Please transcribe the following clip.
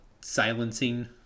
silencing